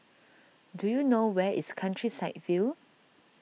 do you know where is Countryside View